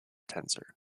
tensor